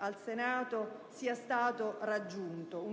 al Senato. Tale